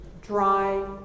dry